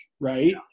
right